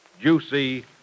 juicy